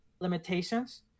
limitations